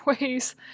ways